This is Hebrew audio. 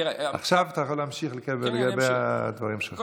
עכשיו אתה יכול להמשיך בדברים שלך.